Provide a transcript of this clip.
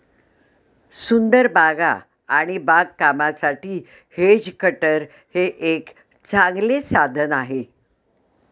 सुंदर बागा आणि बागकामासाठी हेज कटर हे एक चांगले साधन आहे